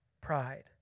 pride